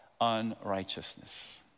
unrighteousness